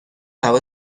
هوا